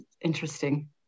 interesting